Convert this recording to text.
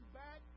back